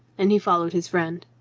and he followed his friend.